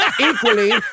equally